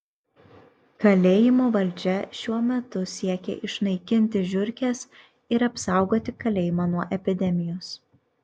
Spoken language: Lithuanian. kalėjimo valdžia šiuo metu siekia išnaikinti žiurkes ir apsaugoti kalėjimą nuo epidemijos